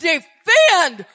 Defend